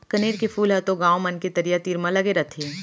कनेर के फूल ह तो गॉंव मन के तरिया तीर म लगे रथे